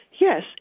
Yes